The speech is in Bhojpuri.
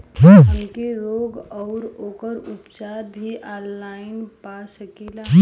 हमलोग रोग अउर ओकर उपचार भी ऑनलाइन पा सकीला?